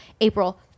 April